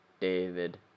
David